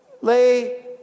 lay